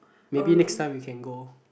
maybe next time we can go